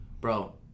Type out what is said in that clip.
bro